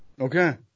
Okay